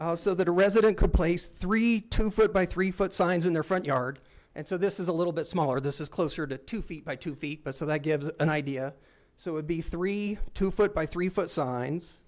place so that a resident could place three two foot by three foot signs in their front yard and so this is a little bit smaller this is closer to two feet by two feet so that gives an idea so it would be three two foot by three foot signs